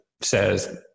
says